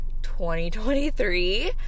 2023